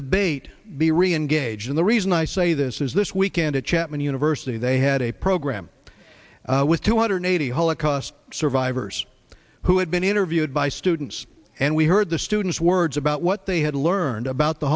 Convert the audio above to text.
reengage and the reason i say this is this weekend at chapman university they had a program with two hundred eighty holocaust survivors who had been interviewed by students and we heard the students words about what they had learned about the